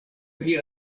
pri